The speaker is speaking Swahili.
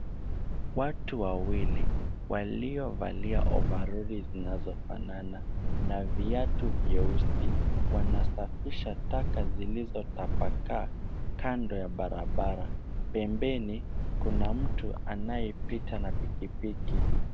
Watu wawili waliovalia ovaroli zinazofanana na viatu vyeusi wanasafisha taka zinazotapaka kando ya barabara. Pembeni kuna mtu anayepita na pikipiki.